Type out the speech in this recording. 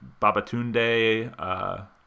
Babatunde